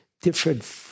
different